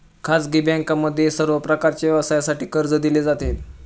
खाजगी बँकांमध्येही सर्व प्रकारच्या व्यवसायासाठी कर्ज दिले जाते